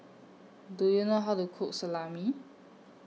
Do YOU know How to Cook Salami